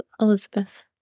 Elizabeth